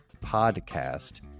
Podcast